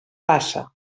passa